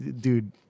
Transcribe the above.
dude